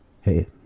hey